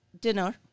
dinner